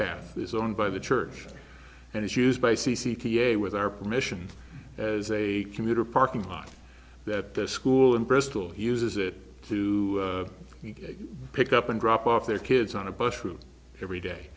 path is owned by the church and it's used by c c t a with our permission as a commuter parking lot that school in bristol he uses it to pick up and drop off their kids on a bus from every day